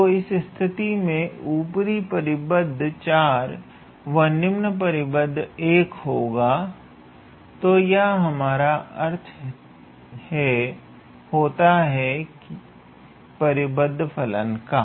तो इस स्थिति में ऊपरी परिबद्ध 4 व निम्न परिबद्ध 1 होगा तो यह हमारा अर्थ होता हैं परिबद्ध फलन का